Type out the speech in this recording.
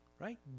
right